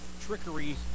trickery